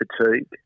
fatigue